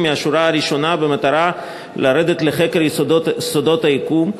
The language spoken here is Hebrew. מהשורה הראשונה במטרה לרדת לחקר סודות היקום,